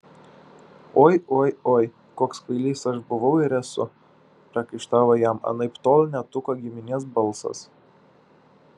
oi oi oi koks kvailys aš buvau ir esu priekaištavo jam anaiptol ne tuko giminės balsas